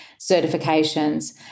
certifications